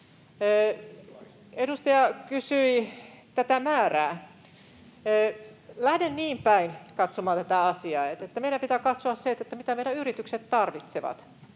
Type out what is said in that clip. Edustaja kysyi tätä määrää. Lähden niin päin katsomaan tätä asiaa, että meidän pitää katsoa, mitä meidän yritykset tarvitsevat.